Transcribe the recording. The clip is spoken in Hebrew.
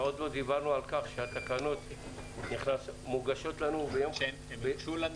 ועוד לא דיברנו על כך שהתקנות מוגשות לנו -- הן הוגשו לנו